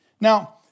Now